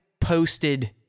posted